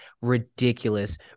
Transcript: ridiculous